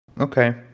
Okay